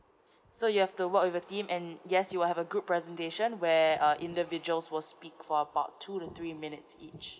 so you have to work with a team and yes you'll have a group presentation where uh individuals will speak for about two to three minutes each